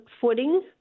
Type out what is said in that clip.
footing